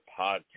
Podcast